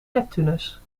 neptunus